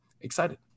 excited